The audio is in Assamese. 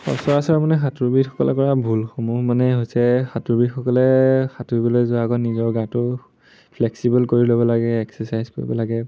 সচৰাচৰ মানে সাঁতোৰবিদসকলে কৰা ভুলসমূহ মানে হৈছে সাঁতোৰবিদসকলে সাঁতুৰিবলৈ যোৱাৰ আগত নিজৰ গাটো ফ্লেক্সিবল কৰি ল'ব লাগে এক্সাৰচাইজ কৰিব লাগে